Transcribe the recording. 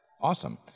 Awesome